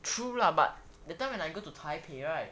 true lah but that time when I go to taipei right